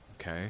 okay